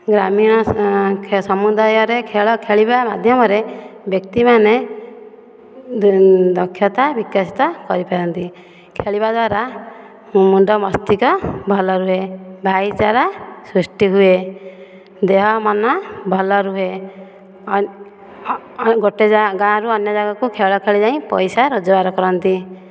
ଗ୍ରାମୀଣ ସମୁଦାୟରେ ଖେଳ ଖେଳିବା ମାଧ୍ୟମରେ ବ୍ୟକ୍ତିମାନେ ଦକ୍ଷତା ବିକଶିତ କରିପାରନ୍ତି ଖେଳିବା ଦ୍ଵାରା ମୁଣ୍ଡ ମସ୍ତିଷ୍କ ଭଲ ରୁହେ ଭାଇଚାରା ସୃଷ୍ଟି ହୁଏ ଦେହ ମନ ଭଲ ରୁହେ ଗୋଟେ ଗାଁରୁ ଅନ୍ୟଜଗାକୁ ଖେଳ ଖେଳି ଯାଇ ପଇସା ରୋଜଗାର କରନ୍ତି